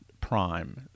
Prime